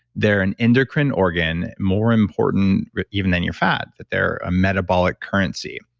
they're an endocrine organ more important even than your fat, that they're a metabolic currency.